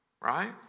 Right